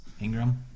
Ingram